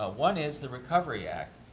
ah one is the recovery act.